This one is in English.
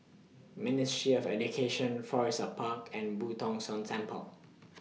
Ministry of Education Florissa Park and Boo Tong San Temple